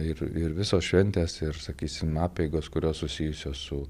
ir ir visos šventės ir sakysim apeigos kurios susijusios su